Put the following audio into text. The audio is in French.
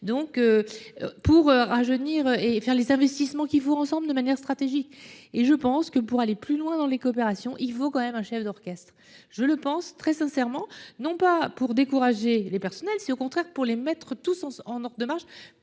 donc. Pour rajeunir et faire les investissements qui vont ensemble de manière stratégique, et je pense que pour aller plus loin dans les coopérations, il faut quand même un chef d'orchestre. Je le pense très sincèrement, non pas pour décourager les personnels, c'est au contraire pour les mettre tous sont en de marge